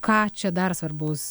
ką čia dar svarbus